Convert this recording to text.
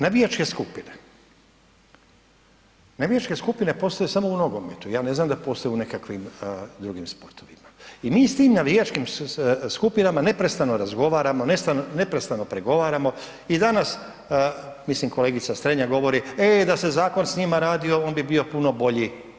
Navijačke skupine, navijačke skupine postoje samo u nogometu, ja ne znam postoje li u nekakvim drugim sportovima i mi s tim navijačkim skupinama neprestano razgovaramo, neprestano pregovaramo i danas, mislim kolegica Strenja govori, e da se zakon s njima radio on bi bio puno bolji.